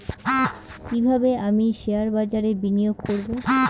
কিভাবে আমি শেয়ারবাজারে বিনিয়োগ করবে?